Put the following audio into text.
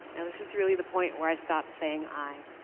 and this is really the point where i stop saying i.